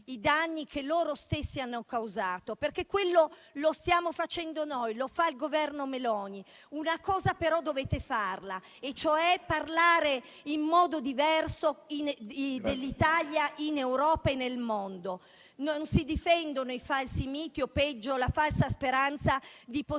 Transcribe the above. i danni che loro stessi hanno causato, perché lo stiamo facendo noi, lo fa il Governo Meloni. Una cosa però dovete farla: parlare in modo diverso dell'Italia in Europa e nel mondo. Non si difendono i falsi miti o, peggio, la falsa speranza di poter